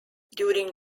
during